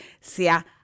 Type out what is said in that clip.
sea